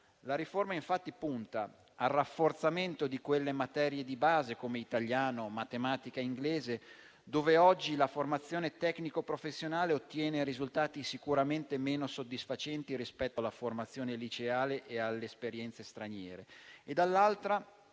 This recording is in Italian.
La riforma punta, infatti, da una parte, al rafforzamento delle materie di base, come italiano, matematica e inglese, nelle quali oggi la formazione tecnico-professionale ottiene risultati sicuramente meno soddisfacenti rispetto alla formazione liceale e alle esperienze straniere,